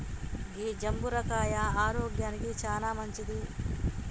గీ జంబుర కాయ ఆరోగ్యానికి చానా మంచింది